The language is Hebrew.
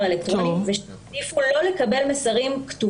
אם אתה רוצה שלא תצא כאן תקלה,